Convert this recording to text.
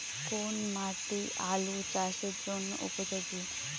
কোন মাটি আলু চাষের জন্যে উপযোগী?